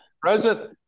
president